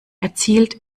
erzielt